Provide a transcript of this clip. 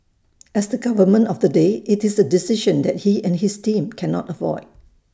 as the government of the day IT is A decision that he and his team cannot avoid